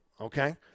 okay